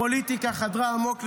הפוליטיקה חדרה עמוק לשורותיו.